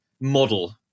model